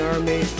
Army